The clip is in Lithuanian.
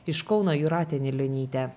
iš kauno jūratė anilionytė